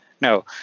no